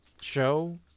show